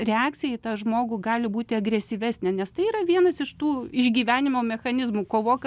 reakcija į tą žmogų gali būti agresyvesnė nes tai yra vienas iš tų išgyvenimo mechanizmų kovok